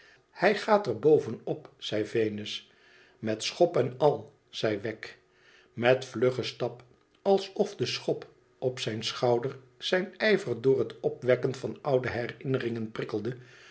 hij gaat er bovenop zei venus met schop en al i zei wegg met vluggen stap alsof de schop op zijn schouder zijn ijver door het opwekken van oude herinneringen prikkelde